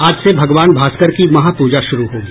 आज से भगवान भास्कर की महापूजा शुरू होगी